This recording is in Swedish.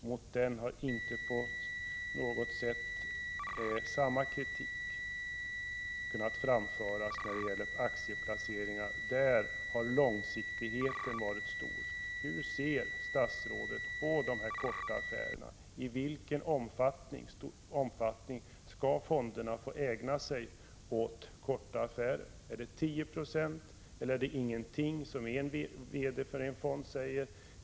Mot den har inte på något sätt samma kritik kunnat framföras när det gäller aktieplaceringar, utan dessa har präglats av långsiktighet. Hur ser statsrådet på dessa s.k. affärer? I vilken omfattning skall fonderna få ägna sig åt korta affärer? Gäller det 10 96? Eller får de inte alls göra det, som VD-n för en fond säger?